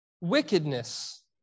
wickedness